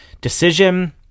decision